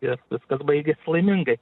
ir viskas baigėsi laimingai